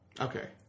Okay